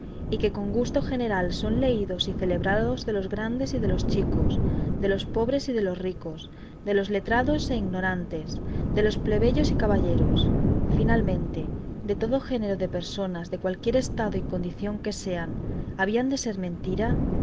y que con gusto general son leídos y celebrados de los grandes y de los chicos de los pobres y de los ricos de los letrados e ignorantes de los plebeyos y caballeros finalmente de todo género de personas de cualquier estado y condición que sean habían de ser mentira